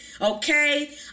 Okay